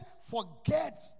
forget